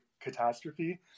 catastrophe